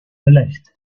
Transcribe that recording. belegt